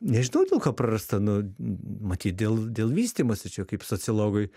nežinau dėl ko prarasta nu matyt dėl dėl vystymosi čia kaip sociologui